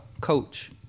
coach